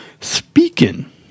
Speaking